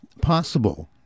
possible